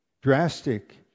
drastic